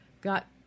got